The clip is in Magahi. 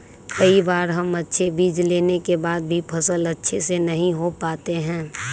कई बार हम अच्छे बीज लेने के बाद भी फसल अच्छे से नहीं हो पाते हैं?